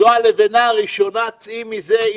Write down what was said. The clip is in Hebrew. זו הלבנה הראשונה, צאי מזה.